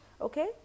okay